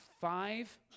five